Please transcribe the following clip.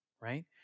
right